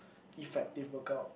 effective workout